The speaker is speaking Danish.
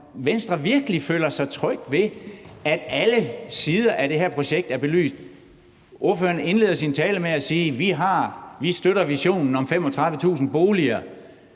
Venstre virkelig føler sig tryg ved, at alle sider af det her projekt er belyst. Ordføreren indleder sin tale med at sige: Vi støtter visionen om 35.000 boliger.